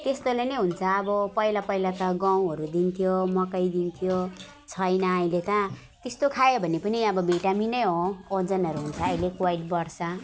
त्यस्ताले नै हुन्छ अब पहिला पहिला त गहुँहरू दिन्थ्यो मकै दिन्थ्यो छैन अहिले त त्यस्तो खायो भने पनि अब भिटामिन नै हो ओजनहरू हुन्छ अहिलेको अहिले बढ्छ